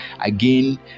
Again